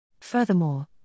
Furthermore